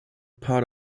part